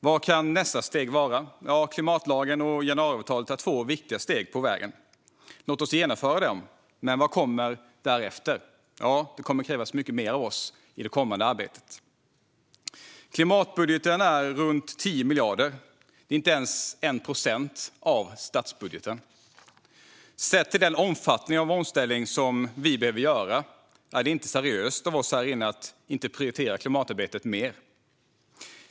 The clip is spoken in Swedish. Vad kan nästa steg vara? Ja, klimatlagen och januariavtalet är två viktiga steg på vägen. Låt oss genomföra dem! Men vad kommer därefter? Ja, det kommer att krävas mycket mer av oss i det kommande arbetet. Klimatbudgeten är runt 10 miljarder. Det är inte ens 1 procent av statsbudgeten. Sett till den omfattande omställning som vi behöver göra är det inte seriöst av oss här inne att inte prioritera klimatarbetet mer.